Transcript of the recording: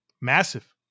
Massive